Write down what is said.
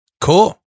Cool